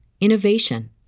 innovation